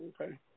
Okay